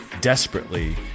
desperately